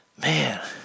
Man